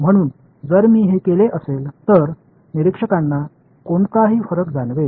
म्हणून जर मी हे केले असेल तर निरीक्षकांना कोणताही फरक जाणवेल